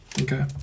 Okay